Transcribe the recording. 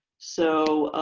so